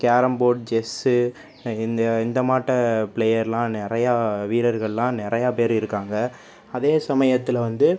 carrom board chess இந்த இந்த மாட்ட பிளேயர்லாம் நிறைய வீரர்கள்லாம் நிறைய பேர் இருக்காங்க அதே சமயத்தில் வந்து